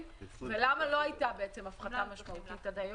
למה לא הייתה הפחתה משמעותית עד היום?